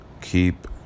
keep